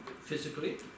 physically